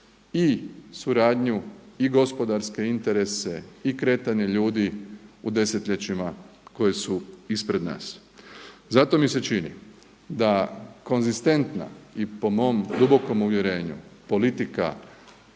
i suradnju, i gospodarske interese i kretanje ljudi u desetljećima koja su ispred nas. Zato mi se čini da konzistentna i po mom dubokom uvjerenju politika